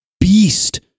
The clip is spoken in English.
beast